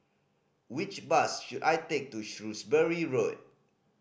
which bus should I take to Shrewsbury Road